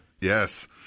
Yes